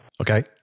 Okay